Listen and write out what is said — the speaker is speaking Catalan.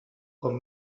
com